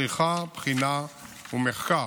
מצריכה בחינה ומחקר.